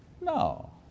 No